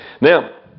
Now